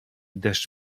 deszcz